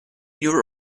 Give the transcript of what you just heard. your